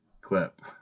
clip